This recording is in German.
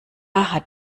hat